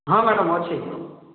ହଁ ମ୍ୟାଡ଼ାମ ଅଛି